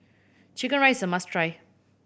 chicken rice is a must try